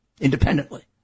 independently